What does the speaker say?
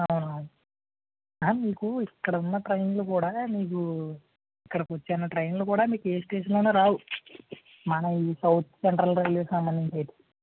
మీకు ఇక్కడ ఉన్న ట్రైన్లు కూడ మీకు ఇక్కడికి వచ్చిన ట్రైన్లు కూడ మీకు ఏ స్టేషన్లోనూ రావు మన ఈ సౌత్ సెంట్రల్ రైల్వే సంబంధించి